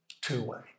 two-way